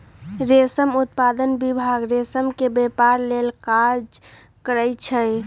रेशम उत्पादन विभाग रेशम के व्यपार लेल काज करै छइ